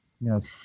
Yes